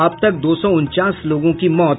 अब तक दो सौ उनचास लोगों की मौत